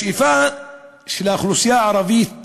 השאיפה של האוכלוסייה הערבית